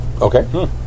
Okay